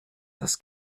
das